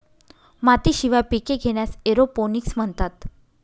मातीशिवाय पिके घेण्यास एरोपोनिक्स म्हणतात